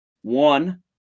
One